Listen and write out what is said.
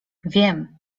wiem